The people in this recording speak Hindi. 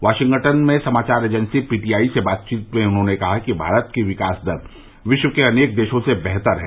वाशिंगटन में समाचार एजेंसी पीटीआई से बातचीत में उन्होंने कहा कि भारत की विकास दर विश्व के अनेक देशों से बेहतर है